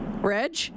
Reg